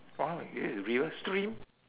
oh ya it's river stream